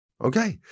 okay